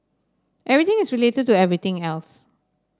everything is related to everything else